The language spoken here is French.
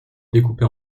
découpé